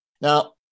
Now